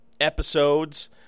episodes